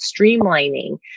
streamlining